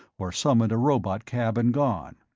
or summoned a robotcab and gone.